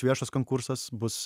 viešas konkursas bus